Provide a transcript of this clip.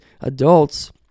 adults